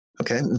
Okay